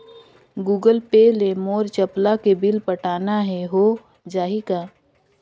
Google Pay ले मोल चपला के बिल पटाना हे, हो जाही का?